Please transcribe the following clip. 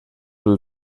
del